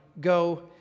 go